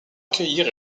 accueillir